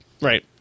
right